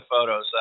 photos